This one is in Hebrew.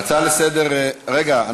רגע.